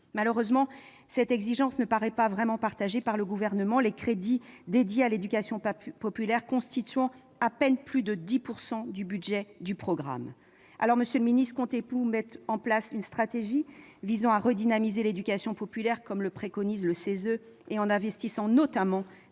Malheureusement, cette exigence ne paraît pas vraiment partagée par le Gouvernement, les crédits dédiés à l'éducation populaire constituant à peine plus de 10 % du budget du programme. Monsieur le secrétaire d'État, comptez-vous mettre en place une stratégie visant à redynamiser l'éducation populaire, comme le préconise le CESE, en investissant notamment